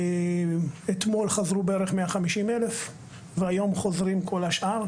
אתמול חזרו בערך 150,000 והיום חוזרים כל השאר.